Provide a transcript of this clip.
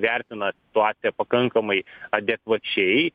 vertina situaciją pakankamai adekvačiai